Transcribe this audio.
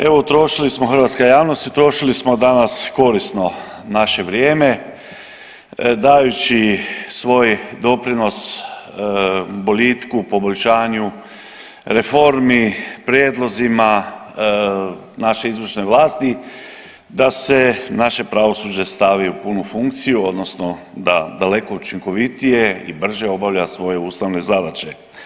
Evo utrošili smo hrvatska javnost utrošili smo danas korisno naše vrijeme dajući svoj doprinos boljitku, poboljšanju, reformi, prijedlozima naše izvršne vlasti da se naše pravosuđe stavi u punu funkciju odnosno da daleko učinkovitije i brže obavlja svoje ustavne zadaće.